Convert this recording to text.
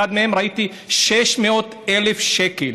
אחד מהם, ראיתי, 600,000 שקלים.